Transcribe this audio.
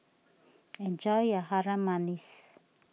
enjoy your Harum Manis